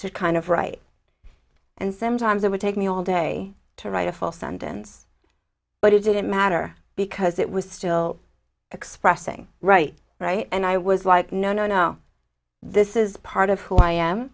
to kind of right and sometimes it would take me all day to write a full sentence but it didn't matter because it was still expressing right right and i was like no no no this is part of who i am